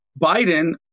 Biden